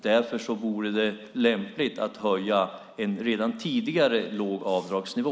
Därför vore det lämpligt att höja en tidigare låg avdragsnivå.